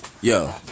Yo